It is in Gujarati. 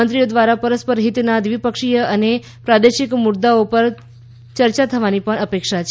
મંત્રીઓ દ્વારા પરસ્પર હિતના દ્વિપક્ષીય અને પ્રાદેશિક મુદ્દાઓ પર ચર્ચા થવાની અપેક્ષા છે